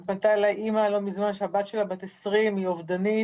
פנתה אלי אימא לא מזמן שהבת שלה בת 20 היא אובדנית,